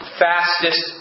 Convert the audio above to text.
fastest